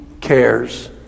cares